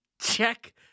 check